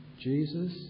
Jesus